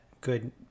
good